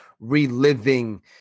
Reliving